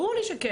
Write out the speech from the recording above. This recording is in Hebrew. ברור לי שכן.